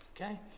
okay